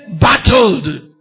battled